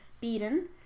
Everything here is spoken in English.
beaten